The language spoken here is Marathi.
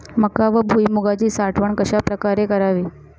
मका व भुईमूगाची साठवण कशाप्रकारे करावी?